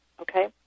okay